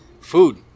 Food